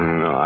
no